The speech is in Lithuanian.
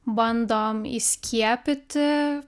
bandom įskiepyti